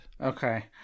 Okay